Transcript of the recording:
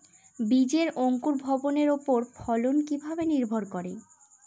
বীজের অঙ্কুর ভবনের ওপর ফলন কিভাবে নির্ভর করে?